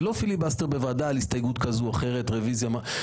זה לא פיליבסטר בוועדה על הסתייגות כזו או אחרת או רביזיה וכדומה.